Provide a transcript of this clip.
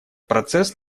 процесс